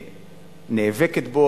נאבקת בו,